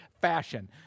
fashion